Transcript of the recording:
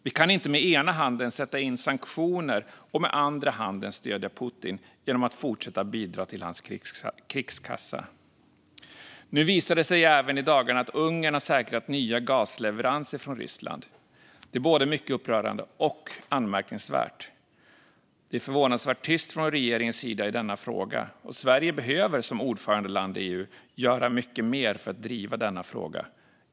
Vi kan inte med ena handen sätta in sanktioner och med andra handen stödja Putin genom att fortsätta att bidra till hans krigskassa. Nu visar det sig även i dagarna att Ungern har säkrat nya gasleveranser från Ryssland. Det är både mycket upprörande och anmärkningsvärt. Det är förvånansvärt tyst från regeringens sida i denna fråga. Sverige behöver som ordförandeland i EU göra mycket mer för att driva denna fråga.